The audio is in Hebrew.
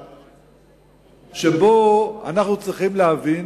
יש היבט אחד שבו אנו צריכים להבין